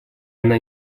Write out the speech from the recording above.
она